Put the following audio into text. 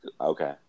Okay